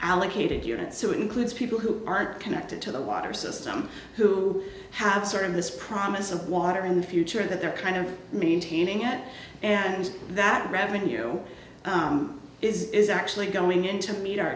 allocated units so it includes people who aren't connected to the water system who have sort of this promise of water in the future that they're kind of maintaining it and that revenue is actually going into meet